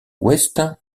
ouest